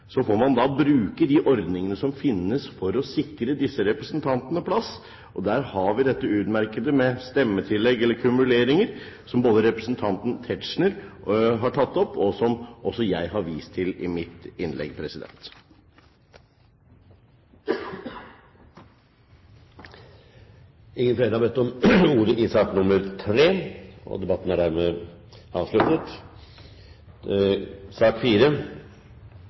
så får man bruke de ordningene som finnes for å sikre disse representantene plass. Og der har vi dette utmerkede med stemmetillegg, eller kumuleringer, som representanten Tetzschner har tatt opp, og som også jeg har vist til i mitt innlegg. Flere har ikke bedt om ordet til sak nr. 3 Etter ønske fra helse- og